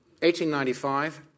1895